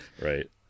right